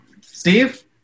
Steve